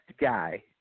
guy